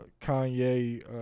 Kanye